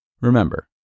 Remember